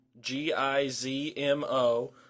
G-I-Z-M-O